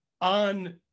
on